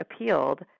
appealed